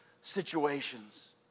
situations